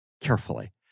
carefully